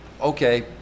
okay